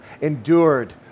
endured